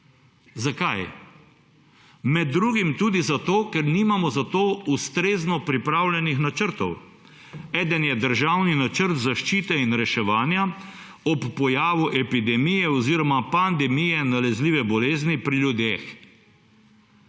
Zakaj? Med drugim tudi zato, ker nimamo za to ustrezno pripravljenih načrtov. Eden je Državni načrt zaščite in reševanja ob pojavi epidemije oziroma pandemije nalezljive bolezni pri ljudeh.